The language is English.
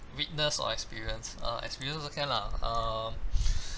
witness or experience uh experience also can lah err